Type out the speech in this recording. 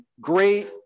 great